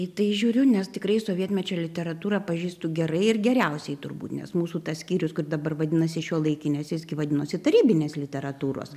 į tai žiūriu nes tikrai sovietmečio literatūrą pažįstu gerai ir geriausiai turbūt nes mūsų tas skyrius kuri dabar vadinasi šiuolaikinės jis gi vadinosi tarybinės literatūros